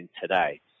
today